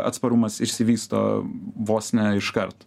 atsparumas išsivysto vos ne iškart